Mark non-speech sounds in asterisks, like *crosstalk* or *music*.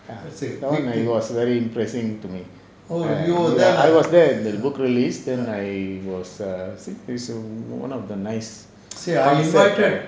that [one] I was it was very impressing to me you ya I was there at the book release then I was err sick so one of the nice *noise*